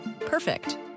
Perfect